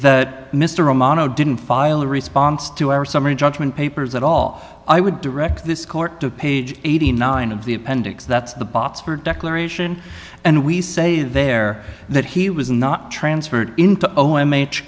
that mr romano didn't file a response to our summary judgment papers at all i would direct this court to page eighty nine of the appendix that's the botsford declaration and we say there that he was not transferred into o m h